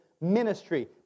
ministry